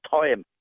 time